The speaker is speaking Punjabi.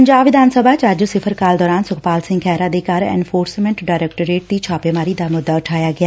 ਪੰਜਾਬ ਵਿਧਾਨ ਸਭਾ ਚ ਅੱਜ ਸਿਫ਼ਰ ਕਾਲ ਦੌਰਾਨ ਸੁਖਪਾਲ ਸਿੰਘ ਖਹਿਰਾ ਦੇ ਘਰ ਐਨਫੋਰਸਮੈਟ ਡਾਇਰੈਕਟੋਰੇਟ ਦੀ ਛਾਪੇਮਾਰੀ ਦਾ ਮੁੱਦਾ ਉਠਾਇਆ ਗਿਆ